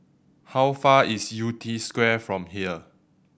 how far away is Yew Tee Square from here